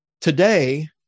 today